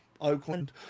oakland